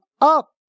up